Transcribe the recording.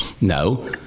No